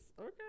Okay